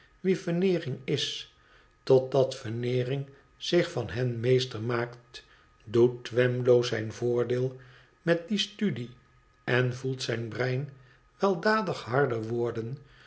wie veneering is totdat veneering zich van hen meester maakt doet twemlow zijn voordeel met die studie en voelt zijn brein weldadig harder worden